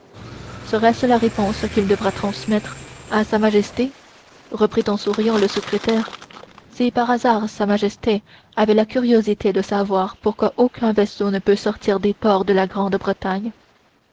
sera-ce la réponse qu'il devra transmettre à sa majesté reprit en souriant le secrétaire si par hasard sa majesté avait la curiosité de savoir pourquoi aucun vaisseau ne peut sortir des ports de la grande-bretagne